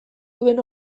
duen